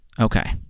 Okay